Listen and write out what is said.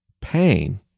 Pain